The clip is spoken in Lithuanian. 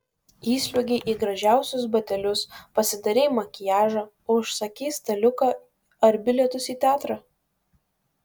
įsliuogei į gražiausius batelius pasidarei makiažą užsakei staliuką ar bilietus į teatrą